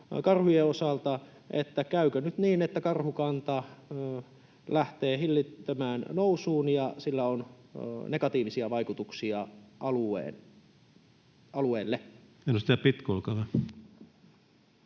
Käykö nyt niin, että karhukanta lähtee hillittömään nousuun, ja sillä on negatiivisia vaikutuksia alueelle? [Speech 272]